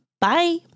bye